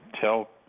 tell